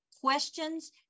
questions